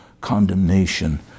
condemnation